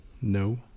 No